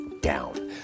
down